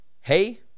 Hey